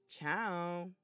Ciao